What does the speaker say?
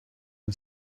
and